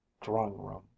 drawing-room